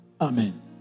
Amen